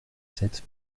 sept